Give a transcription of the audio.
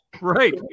Right